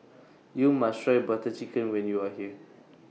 YOU must Try Butter Chicken when YOU Are here